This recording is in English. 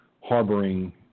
harboring